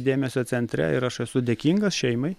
dėmesio centre ir aš esu dėkingas šeimai